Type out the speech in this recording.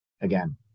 again